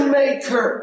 maker